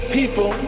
people